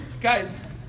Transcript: guys